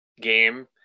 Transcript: game